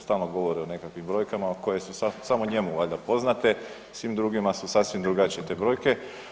Stalno govori o nekakvim brojkama koje su samo njemu valjda poznate, svim drugima su sasvim drugačije te brojke.